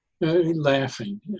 Laughing